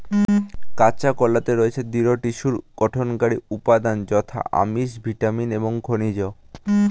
কাঁচা কলাতে রয়েছে দৃঢ় টিস্যুর গঠনকারী উপাদান যথা আমিষ, ভিটামিন এবং খনিজ